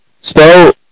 spell